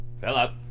Philip